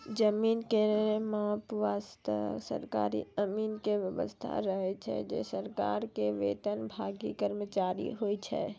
जमीन के माप वास्तॅ सरकारी अमीन के व्यवस्था रहै छै जे सरकार के वेतनभागी कर्मचारी होय छै